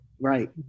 Right